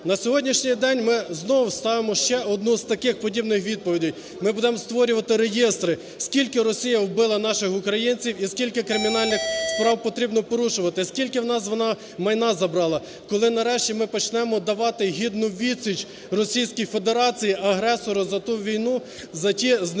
На сьогоднішній день ми знову ставимо ще одну з таких подібних відповідей, ми будемо створювати реєстри скільки Росія вбила наших українців і скільки кримінальних справ потрібно порушувати, скільки в нас вона майна забрала. Коли нарешті ми почнемо давати гідну відсіч Російській Федерації - агресору за ту війну, за ті знедолені